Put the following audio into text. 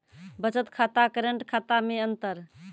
बचत खाता करेंट खाता मे अंतर?